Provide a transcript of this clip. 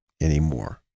anymore